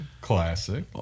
classic